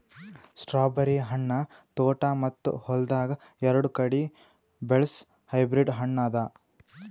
strawberry ಹಣ್ಣ ತೋಟ ಮತ್ತ ಹೊಲ್ದಾಗ್ ಎರಡು ಕಡಿ ಬೆಳಸ್ ಹೈಬ್ರಿಡ್ ಹಣ್ಣ ಅದಾ